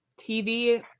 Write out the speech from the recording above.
tv